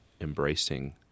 embracing